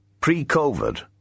Pre-COVID